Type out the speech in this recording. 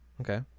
Okay